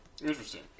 Interesting